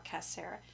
Sarah